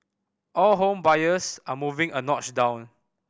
all home buyers are moving a notch down